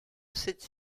cette